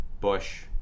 Bush